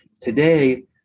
Today